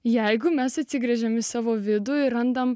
jeigu mes atsigręžėme į savo vidų ir randam